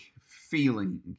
feeling